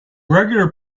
regular